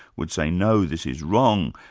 would say no, this is wrong,